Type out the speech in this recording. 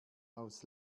aus